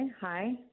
Hi